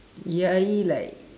yayi like